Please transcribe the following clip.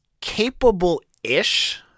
capable-ish